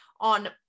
on